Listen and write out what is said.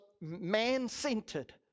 man-centered